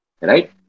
right